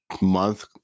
month